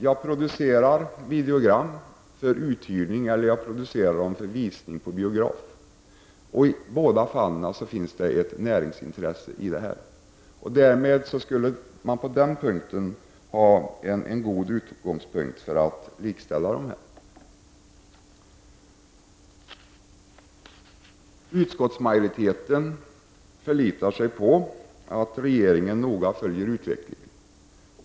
Man producerar videogram för uthyrning eller för visning på biograf. Det föreligger ett näringsintresse i båda fallen. Därmed finns det förutsättningar för att likställa filmer och videogram. Utskottsmajoriteten förlitar sig på att regeringen noga följer utvecklingen.